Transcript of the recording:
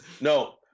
No